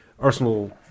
Arsenal